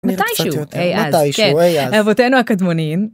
מתישהו אבותינו הקדמונים.